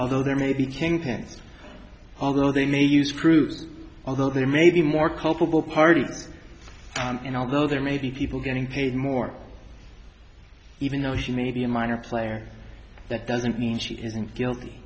although there may be kingpins although they may use cruise although there may be more culpable parties and although there may be people getting paid more even though she may be a minor player that doesn't mean she isn't guilty